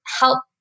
help